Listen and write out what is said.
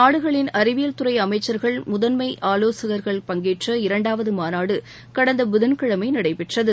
நாடுகளின் அறிவியல் துறை அமைச்சர்கள் முதன்மை ஆலோசகர்கள் பங்கேற்ற இந்த இரண்டாவது மாநாடு கடந்த புதன்கிழமை நடைபெற்றது